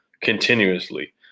continuously